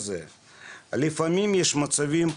לפעמים יש מצבים פרנואידים.